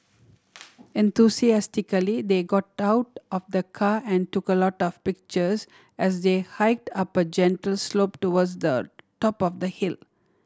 enthusiastically they got out of the car and took a lot of pictures as they hike up a gentle slope towards the top of the hill